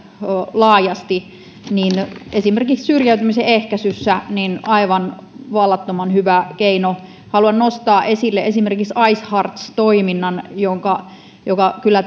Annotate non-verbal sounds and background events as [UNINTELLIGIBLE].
laajasti niin esimerkiksi syrjäytymisen ehkäisyssä se on aivan vallattoman hyvä keino haluan nostaa esille esimerkiksi icehearts toiminnan jota ei kyllä [UNINTELLIGIBLE]